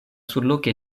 surloke